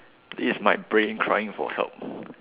this is my brain crying for help